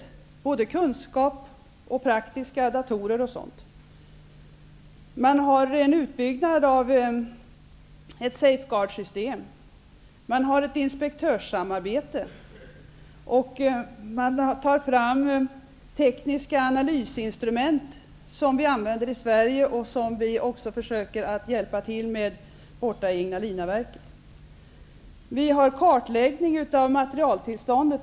Det handlar både om kunskaper och om praktiska hjälpmedel - datorer o.d. Ett s.k. safe guard-system har byggts ut. Det finns ett inspektörssamarbete. Vidare tas tekniska analysinstrument fram, som vi i Sverige använder och som vi hjälper till med vid Ignalinaverket. Vi har en kartläggning av materialtillståndet.